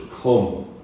Come